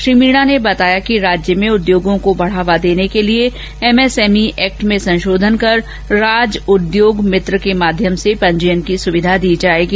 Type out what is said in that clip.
श्री मीणा ने बताया कि राज्य में उद्योगों को बढ़ावा देने के लिए एमएसएमई एक्ट में संशोधन कर राजउद्योगमित्र के माध्यम से पंजीयन की सुविधा दी जाएगी